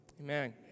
Amen